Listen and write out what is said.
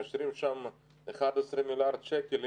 מאשרים שם 11 מיליארד שקל.